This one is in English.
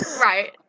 Right